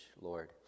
lord